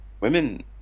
Women